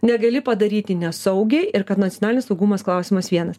negali padaryti nesaugiai ir kad nacionalinis saugumas klausimas vienas